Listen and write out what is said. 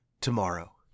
tomorrow